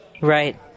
Right